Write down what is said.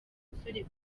musore